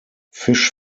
fish